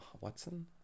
Watson